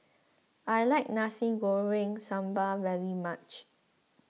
I like Nasi Goreng Sambal very much